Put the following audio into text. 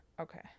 okay